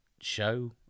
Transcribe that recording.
show